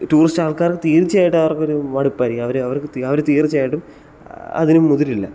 tourist ആൾക്കാർക്ക് തീർച്ചയായിട്ട് അവർക്കൊരു മടുപ്പായിരിക്കും അവർ അവർ തീർച്ചയായിട്ടും അതിന് മുതിരില്ല